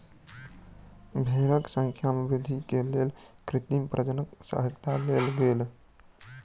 भेड़क संख्या में वृद्धि के लेल कृत्रिम प्रजननक सहयता लेल गेल